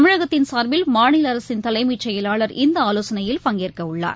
தமிழகத்தின் சார்பில் மாநிலஅரசின் தலைமைசெயலாளர் இந்தஆலோசனையில் பங்கேற்கஉள்ளார்